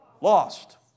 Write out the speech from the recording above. Lost